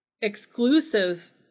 exclusive